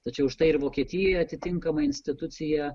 tačiau štai ir vokietijai atitinkama institucija